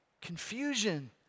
Confusion